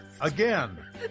again